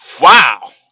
Wow